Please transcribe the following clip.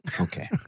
Okay